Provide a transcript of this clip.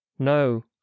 no